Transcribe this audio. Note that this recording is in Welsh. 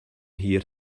hir